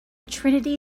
trinity